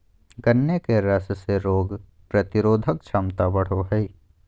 गन्ने के रस से रोग प्रतिरोधक क्षमता बढ़ो हइ